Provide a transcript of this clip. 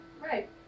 Right